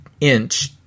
inch